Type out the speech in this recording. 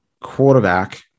quarterback